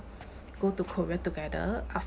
go to korea together